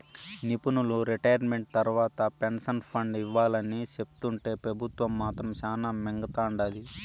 నిపునులు రిటైర్మెంట్ తర్వాత pension fund ఇవ్వాలని సెప్తుంటే పెబుత్వం మాత్రం శానా మింగతండాది